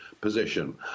position